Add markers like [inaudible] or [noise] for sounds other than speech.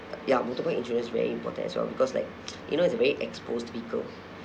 ya motorbike insurance is very important as well because like [noise] you know they're very exposed to people